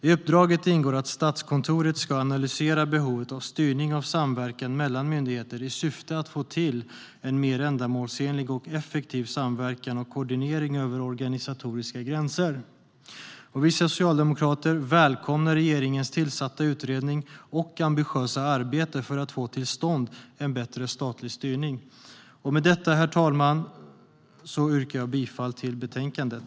I uppdraget ingår att Statskontoret ska analysera behovet av styrning av samverkan mellan myndigheter, i syfte att få till en mer ändamålsenlig och effektiv samverkan och koordinering över organisatoriska gränser. Vi socialdemokrater välkomnar regeringens tillsatta utredning och ambitiösa arbete för att få till stånd en bättre statlig styrning. Med detta, herr talman, yrkar jag bifall till förslaget i betänkandet.